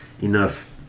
enough